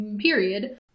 Period